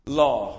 law